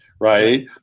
right